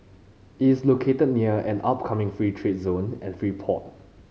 is located near an upcoming free trade zone and free port